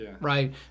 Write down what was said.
right